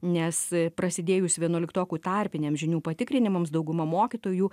nes prasidėjus vienuoliktokų tarpiniams žinių patikrinimams dauguma mokytojų